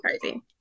crazy